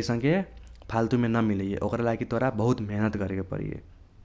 असनके फाल्तुमे न मिलैयै। ओक्रा लागि तोरा बहुत मिहीनेत करेके परैये।